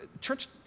church